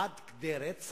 עד כדי רצח?